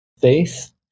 faith